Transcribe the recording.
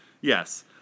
Yes